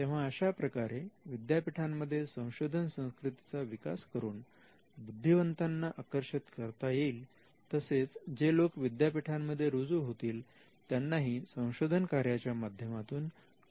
तेव्हा अशाप्रकारे विद्यापीठांमध्ये संशोधन संस्कृतीचा विकास करून बुद्धिवंतांना आकर्षक करता येईल तसेच जे लोक विद्यापीठांमध्ये रुजू होतील त्यांनाही संशोधन कार्याच्या माध्यमातून करिअरमध्ये प्रगती साधता येईल